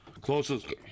closest